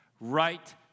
right